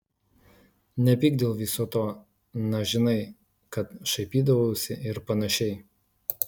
nepyk dėl viso to na žinai kad šaipydavausi ir panašiai